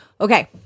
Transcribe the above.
Okay